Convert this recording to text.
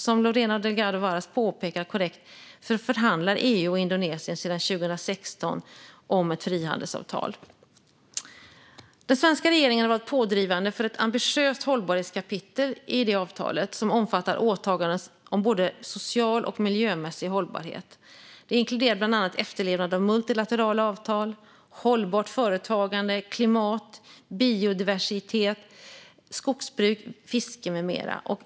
Som Lorena Delgado Varas korrekt påpekar förhandlar EU och Indonesien sedan 2016 om ett frihandelsavtal. Den svenska regeringen har varit pådrivande för ett ambitiöst hållbarhetskapitel i avtalet som omfattar åtaganden om både social och miljömässig hållbarhet. Det inkluderar bland annat efterlevnad av multilaterala avtal, hållbart företagande, klimat, biodiversitet, skogsbruk, fiske med mera.